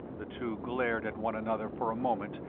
the two glared at one another for a moment,